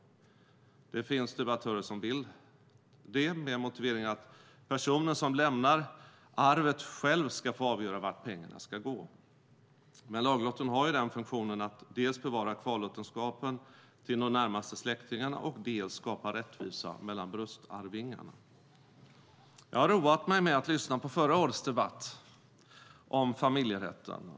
Det finns debattörer som vill det med motiveringen att personen som lämnar arvet själv ska få avgöra vart pengarna ska gå. Men laglotten har ju den funktionen att dels bevara kvarlåtenskapen till de närmaste släktingarna, dels skapa rättvisa mellan bröstarvingarna. Jag har roat mig med att lyssna på förra årets debatt om familjerätten.